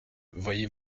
voyez